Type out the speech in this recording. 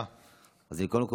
קודם כול,